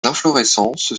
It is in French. inflorescences